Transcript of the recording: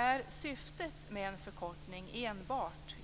Är syftet med en förkortning "enbart"